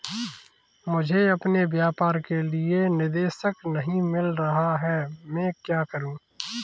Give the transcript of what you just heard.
मुझे अपने व्यापार के लिए निदेशक नहीं मिल रहा है मैं क्या करूं?